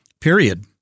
period